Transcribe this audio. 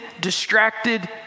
distracted